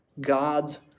God's